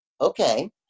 Okay